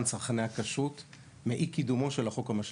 צרכני הכשרות מאי קידומו של החוק המשלים.